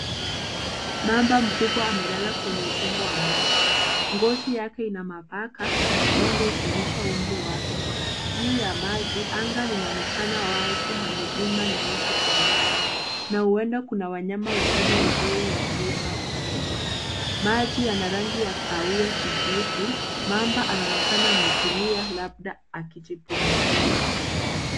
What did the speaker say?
Mamba mkubwa amelala kwenye ukingo wa maji. Ngozi yake ina mabaka na mabonge ikionyesha umri wake. Juu ya maji, anga linaonekana wazi na milima na miti kwa mbali. Na huenda kuna wanyama wengine wadogo wakiruka mbali. Maji yana rangi ya kahawia, kijivu, mamba anaonekana ametulia labda akijipumzisha.